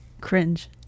cringe